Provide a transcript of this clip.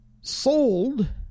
sold